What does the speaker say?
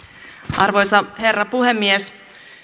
arvoisa herra puhemies